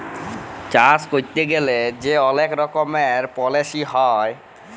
চাষ ক্যইরতে গ্যালে যে অলেক রকমের পলিছি হ্যয়